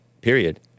period